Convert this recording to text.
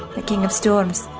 the king of storms.